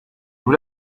nous